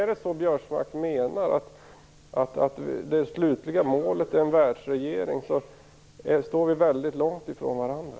Menar Biörsmark att det slutliga målet är en världsregering står vi väldigt långt ifrån varandra.